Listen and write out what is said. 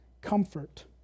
comfort